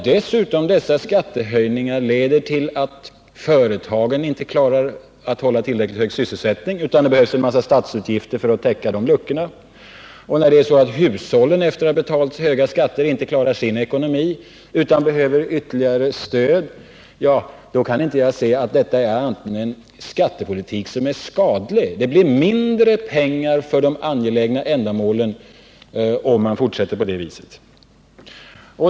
Dessa skattehöjningar leder dessutom till att företagen inte klarar att hålla tillräckligt hög sysselsättning, utan det behövs en massa statsutgifter för att täcka de luckorna, och hushållen klarar efter att ha betalat höga skatter inte sin ekonomi utan behöver ytterligare stöd. Jag kan inte se annat än att detta är en skattepolitik som är skadlig. Det blir mindre pengar till de angelägna ändamålen om man fortsätter på det viset.